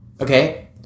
Okay